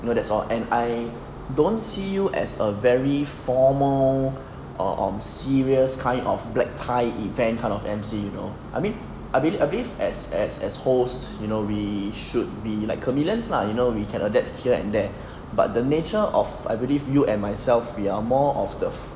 you know that's all and I don't see you as a very formal or um serious kind of black tie event kind of M_C you know I mean I be I believe as as as host you know we should be like chameleons lah you know we can adapt here and there but the nature of I believe you and myself we are more of the